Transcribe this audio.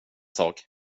sak